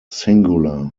singular